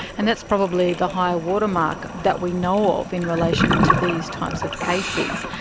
and that's probably the higher watermark that we know of in relation to these types of cases.